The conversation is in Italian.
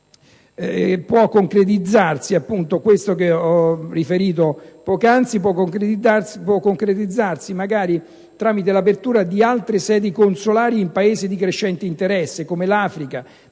può concretizzarsi magari tramite l'apertura di altre sedi consolari in Paesi di crescente interesse, come l'Africa,